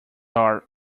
are